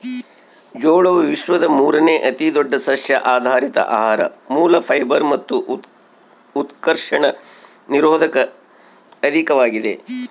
ಜೋಳವು ವಿಶ್ವದ ಮೂರುನೇ ಅತಿದೊಡ್ಡ ಸಸ್ಯಆಧಾರಿತ ಆಹಾರ ಮೂಲ ಫೈಬರ್ ಮತ್ತು ಉತ್ಕರ್ಷಣ ನಿರೋಧಕ ಅಧಿಕವಾಗಿದೆ